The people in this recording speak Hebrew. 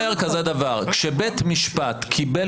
אני אומר כזה דבר: כשבית משפט קיבל